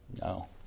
no